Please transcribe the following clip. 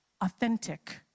authentic